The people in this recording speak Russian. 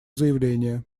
заявление